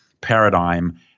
paradigm